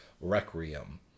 Requiem